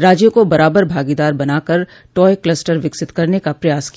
राज्यों को बराबर भागीदार बनाकर टॉय क्लस्टर विकसित करने का प्रयास